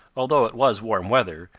although it was warm weather,